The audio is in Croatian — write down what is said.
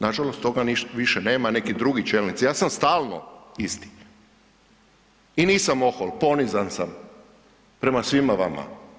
Nažalost, toga više nema, neki drugi čelnici, ja sam stalno isti i nisam ohol, ponizan sam prema svima vama.